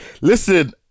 Listen